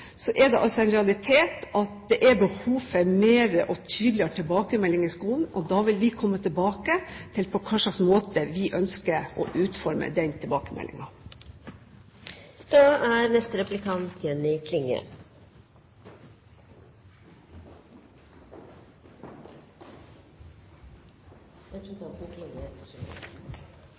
er det altså en realitet at det er behov for flere og tydeligere tilbakemeldinger i skolen. Da vil vi komme tilbake til hva slags måte vi ønsker å utforme den